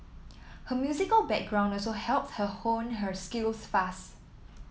her musical background also helped her hone her skills fast